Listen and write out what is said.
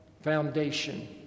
foundation